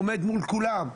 עומד מול כולם,